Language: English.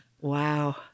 Wow